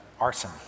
arson